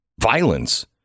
Violence